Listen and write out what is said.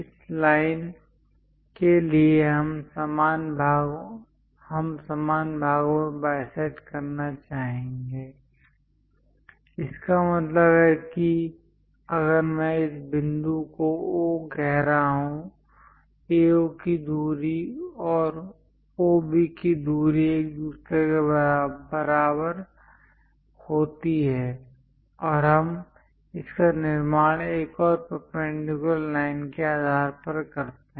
इस लाइन के लिए हम समान भागों में बाइसेक्ट करना चाहेंगे इसका मतलब है कि अगर मैं इस बिंदु को O कह रहा हूं AO की दूरी और OB की दूरी एक दूसरे के बराबर होती है और हम इसका निर्माण एक और परपेंडिकुलर लाइन के आधार पर करते हैं